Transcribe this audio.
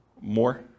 More